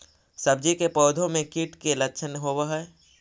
सब्जी के पौधो मे कीट के लच्छन होबहय?